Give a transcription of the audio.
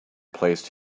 placed